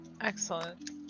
Excellent